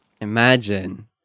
Imagine